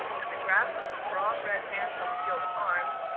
and the grasp of her broad red hands on the gilt arms,